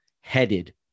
headed